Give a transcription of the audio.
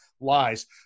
lies